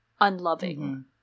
unloving